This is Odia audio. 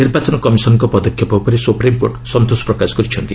ନିର୍ବାଚନ କମିଶନଙ୍କ ପଦକ୍ଷେପ ଉପରେ ସୁପ୍ରିମକୋର୍ଟ ସନ୍ତୋଷ ପ୍ରକାଶ କରିଛନ୍ତି